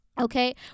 Okay